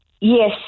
Yes